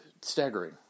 staggering